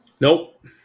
Nope